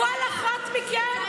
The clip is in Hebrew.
את, כל אחת מכן,